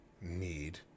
need